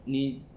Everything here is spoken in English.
你